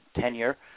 tenure